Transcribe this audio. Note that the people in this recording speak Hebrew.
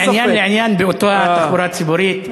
מעניין לעניין באותה תחבורה ציבורית,